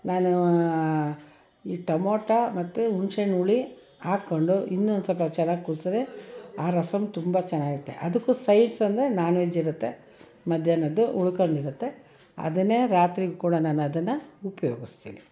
ನಾನು ಈ ಟೊಮೋಟ ಮತ್ತು ಹುಣ್ಸೆ ಹಣ್ಣು ಹುಳಿ ಹಾಕ್ಕೊಂಡು ಇನ್ನೂ ಒಂದು ಸ್ವಲ್ಪ ಚೆನ್ನಾಗಿ ಕುದಿಸಿದ್ರೆ ಆ ರಸಮ್ ತುಂಬ ಚೆನ್ನಾಗಿರುತ್ತೆ ಅದಕ್ಕೂ ಸೈಡ್ಸ್ ಅಂದರೆ ನಾನ್ ವೆಜ್ ಇರುತ್ತೆ ಮಧ್ಯಾಹ್ನದ್ದು ಉಳ್ಕೊಂಡಿರುತ್ತೆ ಅದನ್ನೇ ರಾತ್ರಿ ಕೂಡ ನಾನು ಅದನ್ನು ಉಪಯೋಗಿಸ್ತೀನಿ